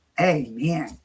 Amen